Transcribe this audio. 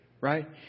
right